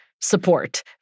support